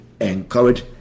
encouraged